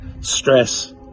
stress